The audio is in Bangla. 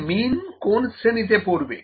এই মিন কোন শ্রেণীতে পড়বে